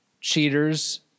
Cheaters